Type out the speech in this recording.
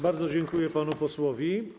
Bardzo dziękuję panu posłowi.